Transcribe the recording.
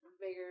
bigger